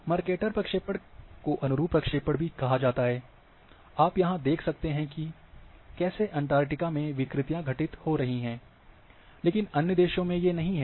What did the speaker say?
Mercator प्रक्षेपण को अनुरूप प्रक्षेपण भी कहा जाता है आप यहाँ देख सकते हैं कैसे अंटार्कटिका में विकृतियां घटित हो रही हैं लेकिन अन्य देशों में ये नहीं हैं